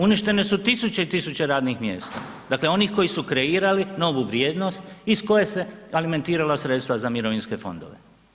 Uništene su tisuće i tisuće radnih mjesta, dakle onih koji su kreirali novu vrijednost iz koje se alimentirala sredstva za mirovinske fondove.